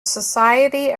society